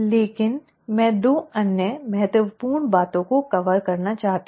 लेकिन मैं 2 अन्य महत्वपूर्ण बातों को कवर करना चाहती हूं